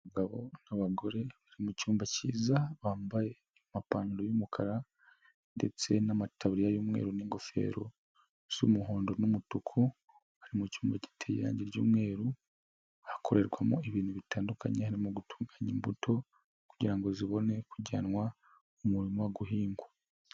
Abagabo n'abagore bari mucyumba cyiza, bambaye amapantaro y'umukara ndetse n'amataburiya y'umweru n'ingofero z'umuhondo n'umutuku, bari mu cyumba giteye irangi ry'umweru, hakorerwamo ibintu bitandukanye harimo gutunganya imbuto, kugira ngo zibone kujyanwa mu murima guhingwa.